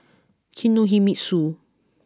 Kinohimitsu